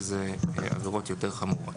שאלה עבירות יותר חמורות.